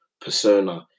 persona